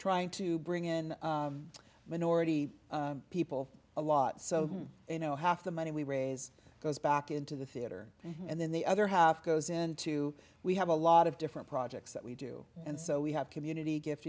trying to bring in minority people a lot so you know half the money we raise goes back into the theater and then the other half goes into we have a lot of different projects that we do and so we have community gift